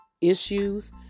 issues